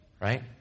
Right